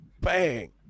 bang